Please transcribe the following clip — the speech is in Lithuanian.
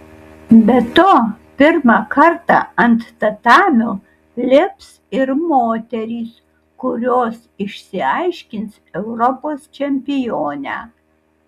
be to pirmą kartą ant tatamio lips ir moterys kurios išsiaiškins europos čempionę